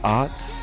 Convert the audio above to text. arts